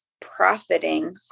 profiting